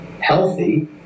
healthy